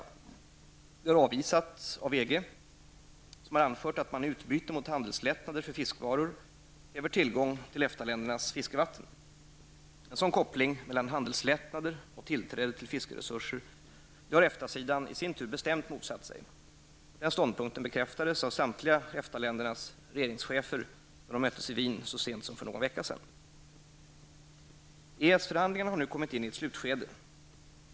Detta har avvisats av EG som anfört att man i utbyte mot handelslättnader för fiskvaror kräver tillgång till EFTA-ländernas fiskevatten. En sådan koppling mellan handelslättnader och tillträde till fiskeresurser har EFTA-sidan i sin tur bestämt motsatt sig. Denna ståndpunkt bekräftades av samtliga EFTA-länders regeringschefer när de möttes i Wien så sent som för någon vecka sedan. EES-förhandlingarna har nu kommit in i sitt slutskede.